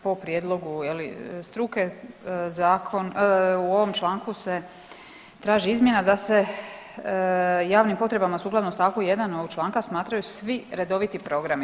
Po prijedlogu je li struke zakon, u ovom članku se traži izmjena da se javnim potrebama sukladno stavku 1. ovog članka smatraju svi redoviti programi.